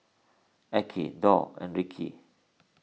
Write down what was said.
Arkie Dorr and Reece